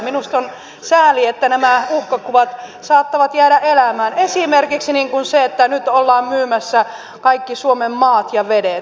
minusta on sääli että nämä uhkakuvat saattavat jäädä elämään esimerkiksi se että nyt ollaan myymässä kaikki suomen maat ja vedet